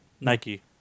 Nike